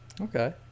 Okay